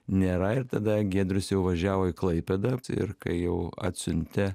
nėra ir tada giedrius jau važiavo į klaipėdą ir kai jau atsiuntė